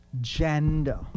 gender